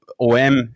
OM